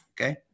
okay